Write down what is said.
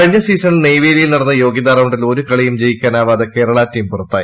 കഴിഞ്ഞ സീസണിൽ നെയ്വേലിയിൽ നടന്ന യോഗ്യതാ റൌണ്ടിൽ ഒരു കളിയും ജയിക്കാനാവാതെ കേരള ടീം പുറത്തായി